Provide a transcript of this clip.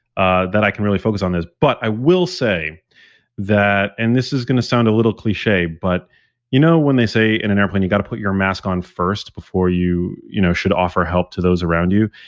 ah that i can really focus on this. but i will say that, and this is going to sound a little cliche, but you know when they say in an airplane, you got to put your mask on first before you you know should offer help to those around you?